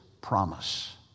promise